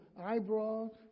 eyebrows